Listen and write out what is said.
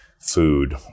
food